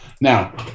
Now